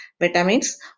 Vitamins